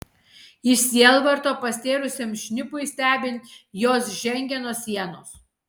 iš sielvarto pastėrusiam šnipui stebint jos žengė nuo sienos